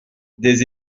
des